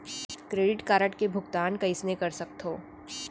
Credit card के भुगतान कईसने कर सकथो?